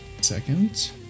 second